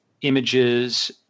images